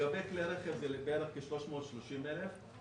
לגבי כלי רכב בערך כ-330 אלף.